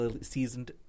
seasoned